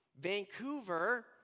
Vancouver